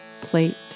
plate